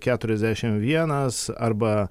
keturiasdešim vienas arba